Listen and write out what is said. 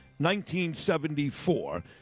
1974